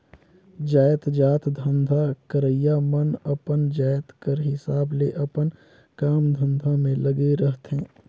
जाएतजात धंधा करइया मन अपन जाएत कर हिसाब ले अपन काम धंधा में लगे रहथें